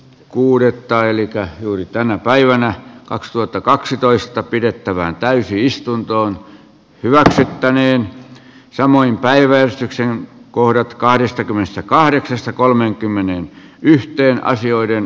kuudetta hellittää juuri tänä päivänä kaksituhattakaksitoista pidettävään täysistunto hyväksyttäneen samoin päiväystyksen korot kahdestakymmenestäkahdeksasta kolmen kymmenen yhtiön asioiden